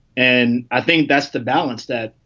and i think that's the balance that,